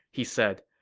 he said,